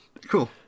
Cool